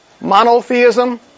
Monotheism